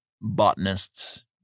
botanists